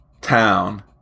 town